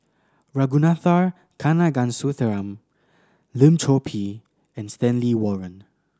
Ragunathar Kanagasuntheram Lim Chor Pee and Stanley Warren